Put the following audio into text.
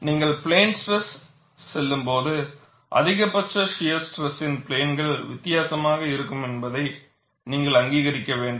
நீங்கள் plane stress செல்லும்போது அதிகபட்ச ஷியர் ஸ்ட்ரெஸ்சின் பிளேன்கள் வித்தியாசமாக இருக்கும் என்பதை நீங்கள் அங்கீகரிக்க வேண்டும்